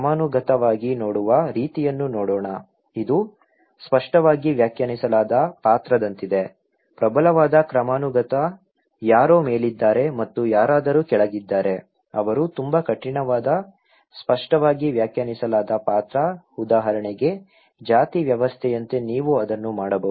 ಕ್ರಮಾನುಗತವಾಗಿ ನೋಡುವ ರೀತಿಯನ್ನು ನೋಡೋಣ ಇದು ಸ್ಪಷ್ಟವಾಗಿ ವ್ಯಾಖ್ಯಾನಿಸಲಾದ ಪಾತ್ರದಂತಿದೆ ಪ್ರಬಲವಾದ ಕ್ರಮಾನುಗತ ಯಾರೋ ಮೇಲಿದ್ದರೆ ಮತ್ತು ಯಾರಾದರೂ ಕೆಳಗಿದ್ದರೆ ಅವರು ತುಂಬಾ ಕಠಿಣವಾದ ಸ್ಪಷ್ಟವಾಗಿ ವ್ಯಾಖ್ಯಾನಿಸಲಾದ ಪಾತ್ರ ಉದಾಹರಣೆಗೆ ಜಾತಿ ವ್ಯವಸ್ಥೆಯಂತೆ ನೀವು ಅದನ್ನು ಮಾಡಬಹುದು